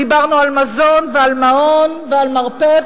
דיברנו על מזון ועל מעון ועל מרפא,